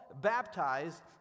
baptized